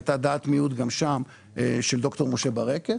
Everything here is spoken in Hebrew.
גם שם הייתה דעת מיעוט של דוקטור משה ברקת.